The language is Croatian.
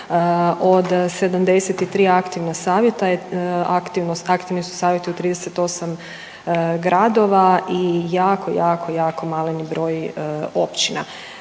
Od 73 aktivna savjeta aktivni su savjeti u 38 gradova i jako, jako, jako maleni broj općina.